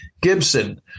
Gibson